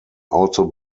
also